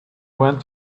went